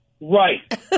Right